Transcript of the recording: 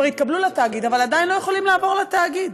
כבר התקבלו לתאגיד אבל עדיין לא יכולים לעבור לתאגיד.